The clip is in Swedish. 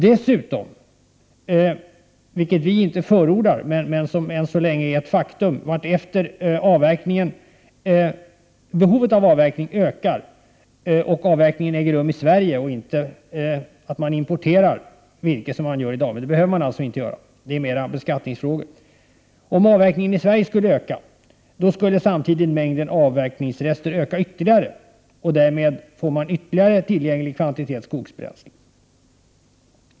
Dessutom är det ett faktum att allteftersom behovet av avverkningen ökar och den ökade avverkningen äger rum i Sverige och man alltså inte importerar virke som man gör i dag och som man alltså inte behöver göra — det är närmast en beskattningsfråga —, skulle mängden avverkningsrester öka ytterligare. Därmed skulle man få ytterligare kvantiteter tillgängligt skogsbränsle. Detta är i och för sig inte någonting som vi förordar.